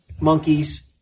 monkeys